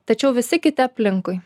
tačiau visi kiti aplinkui